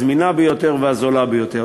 הזמינה ביותר והזולה ביותר.